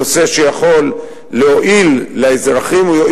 הוא נושא שיכול להועיל לאזרחים.